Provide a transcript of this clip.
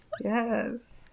Yes